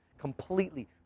completely